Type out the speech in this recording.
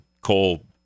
coal